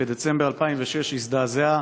בדצמבר 2006 הזדעזעה